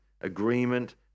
agreement